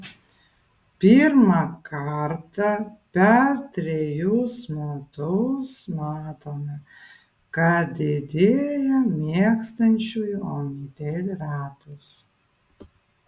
pirmą kartą per trejus metus matome kad didėja mėgstančiųjų omnitel ratas